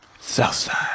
Southside